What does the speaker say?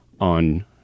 on